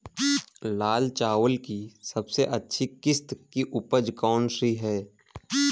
लाल चावल की सबसे अच्छी किश्त की उपज कौन सी है?